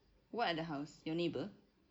what other house your neighbour